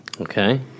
Okay